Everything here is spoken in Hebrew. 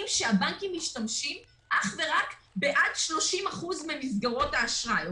שהבנקים משתמשים אך ורק בעד 30% ממסגרות האשראי.